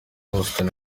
houston